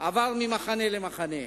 עברו ממחנה למחנה.